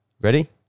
Ready